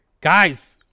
Guys